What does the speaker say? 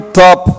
top